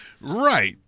right